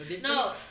No